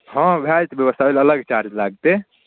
हँ भए जेतै व्यवस्था ओहि लेल अलग चार्ज लगतै